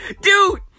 Dude